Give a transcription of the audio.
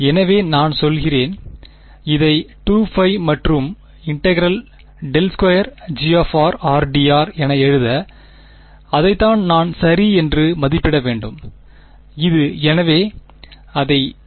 எனவே நான் செல்கிறேன் இதை 2π மற்றும்∫∇2G rdr என எழுத அதைத்தான் நான் சரி என்று மதிப்பிட வேண்டும் இது குறிப்பு நேரம் 0236